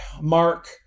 Mark